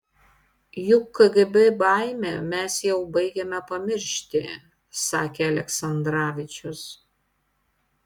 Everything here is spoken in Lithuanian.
juk kgb baimę mes jau baigiame pamiršti sakė aleksandravičius